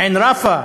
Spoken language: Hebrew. עין-ראפה,